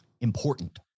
important